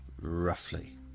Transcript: roughly